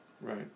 Right